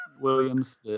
Williams